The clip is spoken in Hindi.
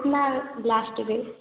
कितना लास्ट दे